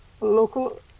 local